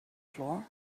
floor